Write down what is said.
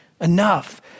enough